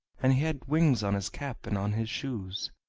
and he had wings on his cap and on his shoes.